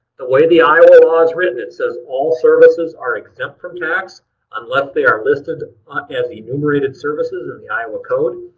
the way the iowa law is written it says all services are exempt from tax unless they are listed as enumerated services in the iowa code.